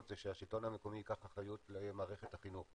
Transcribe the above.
הוא שהשלטון המקומי ייקח אחריות על מערכת החינוך.